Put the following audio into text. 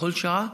בכל שעה,